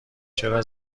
چرا